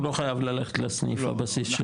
הוא לא חייב ללכת לסניף הבסיס שלו.